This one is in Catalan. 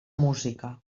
música